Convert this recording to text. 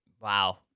Wow